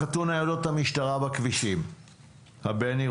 פחתו ניידות המשטרה בכבישים הבין-עירוניים.